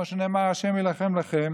כמו שנאמר: "ה' ילחם לכם